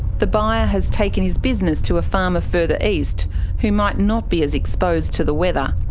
the buyer has taken his business to a farmer further east who might not be as exposed to the weather.